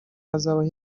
hazabaho